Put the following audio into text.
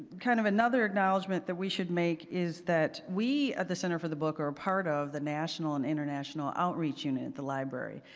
kind of another acknowledgement that we should make is that, we at the center for the book are a part of the national and international outreach unit at the library.